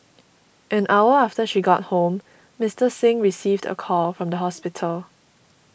an hour after she got home Mister Singh received a call from the hospital